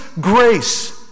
grace